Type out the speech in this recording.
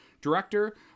director